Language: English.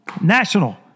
National